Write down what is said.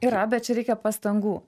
yra bet čia reikia pastangų